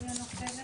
שג'לג'וליה נופלת?